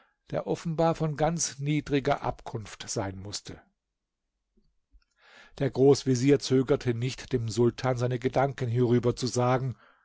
der offenbar von ganz niedriger abkunft sein mußte der großvezier zögerte nicht dem sultan seine gedanken hierüber zu sagen